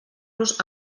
los